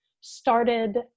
started